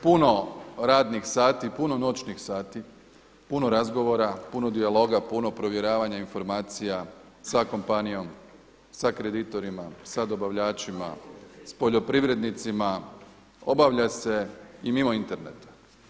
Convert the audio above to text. Puno radnih sati, puno noćnih sati, puno razgovora, puno dijaloga, puno provjeravanje informacija sa kompanijom, sa kreditorima, sa dobavljačima, s poljoprivrednicima obavlja se i mimo interneta.